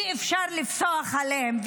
אי-אפשר לפסוח עליהם,